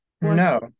No